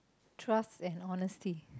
trust and honesty